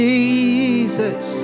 Jesus